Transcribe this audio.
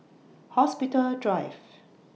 Hospital Drive